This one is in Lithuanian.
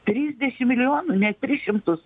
trisdešim milijonų nea tris šimtus